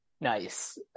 Nice